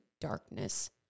darkness